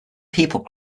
people